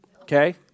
okay